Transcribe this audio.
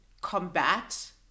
combat